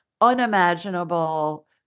unimaginable